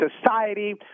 society